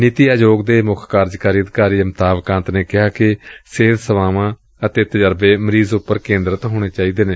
ਨੀਤੀ ਆਯੋਗ ਦੇ ਮੁੱਖ ਕਾਰਜਕਾਰੀ ਅਧਿਕਾਰੀ ਅਮਿਤਾਭ ਕਾਂਤ ਨੇ ਕਿਹਾ ਕਿ ਸਿਹਤ ਸੇਵਾਵਾਂ ਅਤੇ ਤਜਰਬੇ ਮਰੀਜ਼ ਉਪਰ ਕੇਦਰਿਤ ਹੋਣੇ ਚਾਹੀਦੇ ਨੇ